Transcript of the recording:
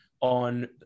on